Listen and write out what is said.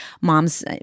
moms